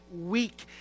weak